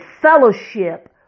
fellowship